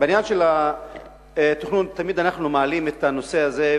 בעניין התכנון תמיד אנחנו מעלים את הנושא הזה,